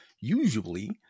Usually